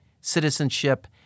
citizenship